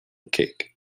cake